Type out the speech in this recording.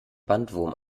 bandwurm